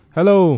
Hello